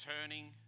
turning